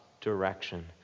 direction